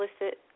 illicit